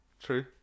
True